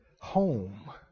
home